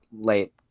late